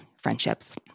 friendships